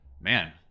man